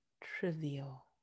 trivial